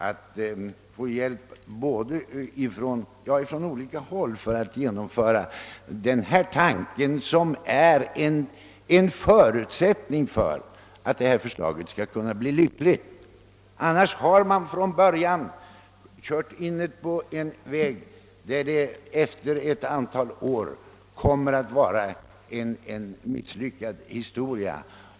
Detta är nämligen en förutsättning för att det hela skall få en lyckosam utgång. Annars har vi från början kört in på en väg, som efter ett antal år kommer att leda till ett misslyckande.